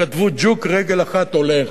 כתבו: ג'וק רגל אחת, הולך.